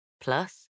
plus